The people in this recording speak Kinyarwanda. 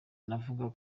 anavuga